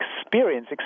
experience